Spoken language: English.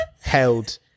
held